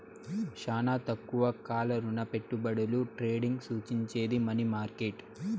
శానా తక్కువ కాల రుణపెట్టుబడుల ట్రేడింగ్ సూచించేది మనీ మార్కెట్